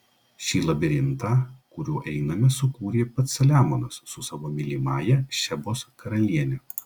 šį labirintą kuriuo einame sukūrė pats saliamonas su savo mylimąja šebos karaliene